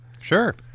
sure